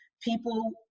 people